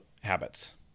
habits